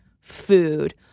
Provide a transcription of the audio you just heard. food